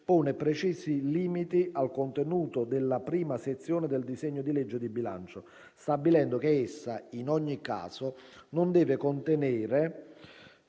pone precisi limiti al contenuto della prima sezione del disegno di legge di bilancio, stabilendo che essa, in ogni caso, non deve contenere